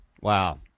Wow